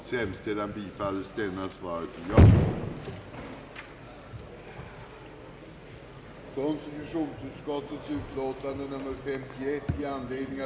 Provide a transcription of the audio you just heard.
Samråd hade förekommit under hand.